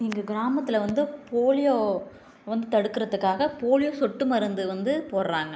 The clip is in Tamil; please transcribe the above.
எங்கள் கிராமத்தில் வந்து போலியோ வந்து தடுக்குறதுக்காக போலியோ சொட்டு மருந்து வந்து போடுறாங்க